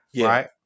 right